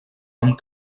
amb